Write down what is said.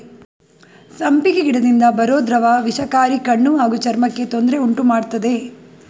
ಸಂಪಿಗೆ ಗಿಡದಿಂದ ಬರೋ ದ್ರವ ವಿಷಕಾರಿ ಕಣ್ಣು ಹಾಗೂ ಚರ್ಮಕ್ಕೆ ತೊಂದ್ರೆ ಉಂಟುಮಾಡ್ತದೆ